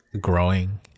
growing